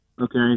okay